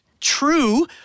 true